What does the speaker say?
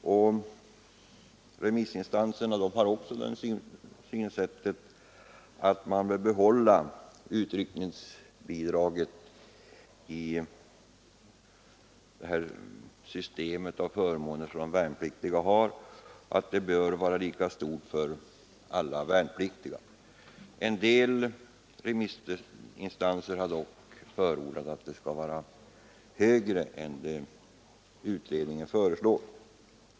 Remissinstanserna delar uppfattningen att utryckningsbidraget bör bibehållas och att det bör vara lika stort för alla värnpliktiga. En del remissinstanser har dock förordat en större höjning än vad utredningen föreslagit.